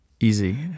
Easy